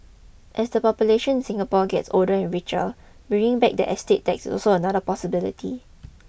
as the population in Singapore gets older and richer bringing back the estate tax is also another possibility